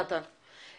תודה, טל.